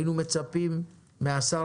היינו מצפים מן השר,